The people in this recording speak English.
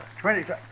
Twenty